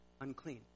unclean